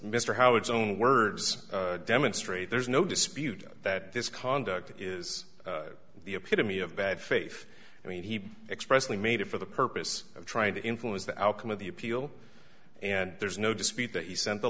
mr howard's own words demonstrate there's no dispute that this conduct is the epitome of bad faith and he expressly made it for the purpose of trying to influence the outcome of the appeal and there's no dispute that he sent the